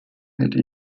hätte